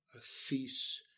cease